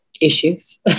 issues